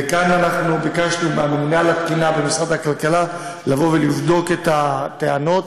וכאן ביקשנו מהממונה על התקינה במשרד הכלכלה לבדוק את הטענות.